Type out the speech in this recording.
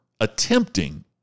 attempting